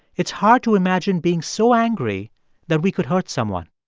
it's hard to imagine being so angry that we could hurt someone.